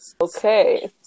Okay